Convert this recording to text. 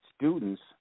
students